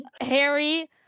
Harry